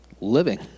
living